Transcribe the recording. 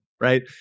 right